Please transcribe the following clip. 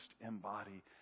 embody